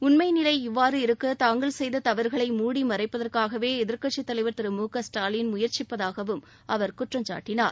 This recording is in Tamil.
உண்மை நிலை இவ்வாறு இருக்க தாங்கள் செய்த தவறுகளை மூடி மறைப்பதற்காகவே எதிர்க்கட்சித் தலைவர் திரு மு க ஸ்டாலின் முயற்சிப்பதாகவும் அவர் குற்றம் சாட்டினார்